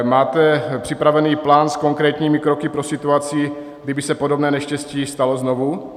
Máte připravený plán s konkrétními kroky pro situaci, kdyby se podobné neštěstí stalo znovu?